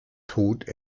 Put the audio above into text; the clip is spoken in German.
tod